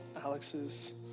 Alex's